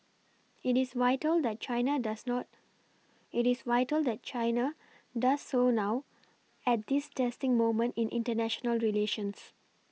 it is vital that China does not it is vital that China does so now at this testing moment in international relations